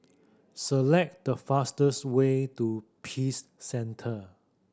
select the fastest way to Peace Centre